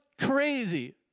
crazy